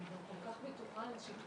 אני מאוד רוצה לכבד את הזמן של אנשים